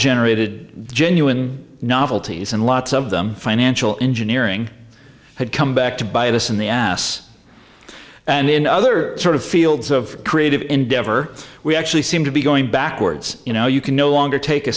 generated genuine novelties and lots of the financial engineering had come by to bite us in the ass and in other sort of fields of creative endeavor we actually seem to be going backwards you know you can no longer take a